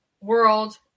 world